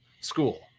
school